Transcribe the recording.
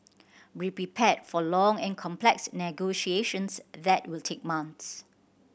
be prepared for long and complex negotiations that will take months